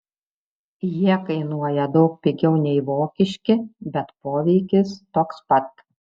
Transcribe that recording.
jie kainuoja daug pigiau nei vokiški bet poveikis toks pat